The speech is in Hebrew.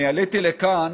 עליתי לכאן